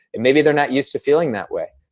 and maybe they're not used to feeling that way.